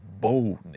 boldness